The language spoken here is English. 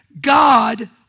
God